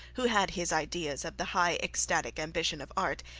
who had his ideas of the high ecstatic ambition of art,